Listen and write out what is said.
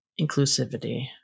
inclusivity